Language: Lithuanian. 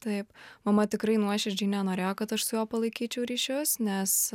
taip mama tikrai nuoširdžiai nenorėjo kad aš su juo palaikyčiau ryšius nes